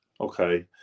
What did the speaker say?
Okay